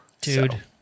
Dude